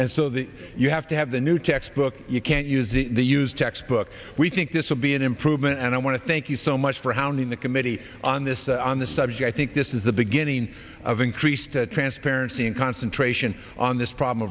and so that you have to have the new textbooks you can't use the use textbook we think this will be an improvement and i want to thank you so much for hounding the committee on this on the subject think this is the beginning of increased transparency and concentration on this problem